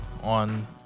on